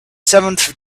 seventh